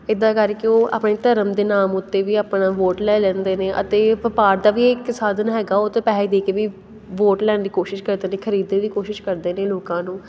ਇੱਦਾਂ ਕਰਕੇ ਉਹ ਆਪਣੇ ਧਰਮ ਦੇ ਨਾਮ ਉੱਤੇ ਵੀ ਅਪਣਾ ਵੋਟ ਲੈ ਲੈਂਦੇ ਨੇ ਅਤੇ ਵਪਾਰ ਦਾ ਵੀ ਇੱਕ ਸਾਧਨ ਹੈਗਾ ਉਹ ਤਾਂ ਪੈਸੇ ਦੇ ਕੇ ਵੀ ਵੋਟ ਲੈਣ ਦੀ ਕੋਸ਼ਿਸ਼ ਕਰਦੇ ਨੇ ਖਰੀਦਣ ਦੀ ਵੀ ਕੋਸ਼ਿਸ਼ ਕਰਦੇ ਨੇ ਲੋਕਾਂ ਨੂੰ